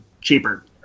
cheaper